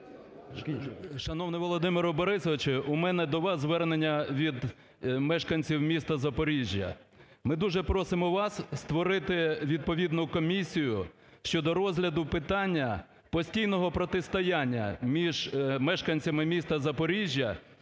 Шановний Володимире Борисовичу, у мене до вас звернення від мешканців міста Запоріжжя. Ми дуже просимо вас створити відповідну комісію щодо розгляду питання постійного протистояння між мешканцями міста Запоріжжя